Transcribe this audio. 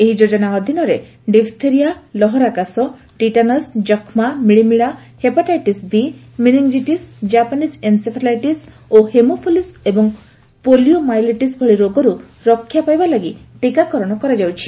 ଏହି ଯୋଜନା ଅଧୀନରେ ଡିପ୍ଥେରିଆ ଲହରା କାଶ ଟିଟାନସ୍ ଯଷ୍କା ମିଳିମିଳା hepatitis B meningitis Japanese encephalitis ଓ ହେମୋଫାଇଲସ୍ ଏବଂ ପୋଲିଓମାଇଲିଟିସ୍ ଭଳି ରୋଗରୁ ରକ୍ଷା ପାଇବା ଲାଗି ଟୀକାକରଣ କରାଯାଉଛି